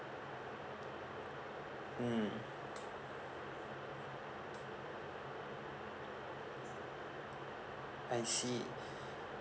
mm I see